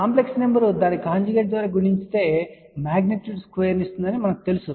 complex number దాని conjugate ద్వారా గుణించబడితే మాగ్నిట్యూడ్ స్క్వేర్ను ఇస్తుందని మనకు తెలుసు